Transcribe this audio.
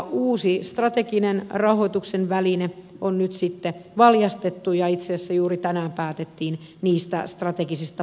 uusi strateginen rahoituksen väline on nyt sitten valjastettu ja itse asiassa juuri tänään päätettiin niistä strategisista painopisteistä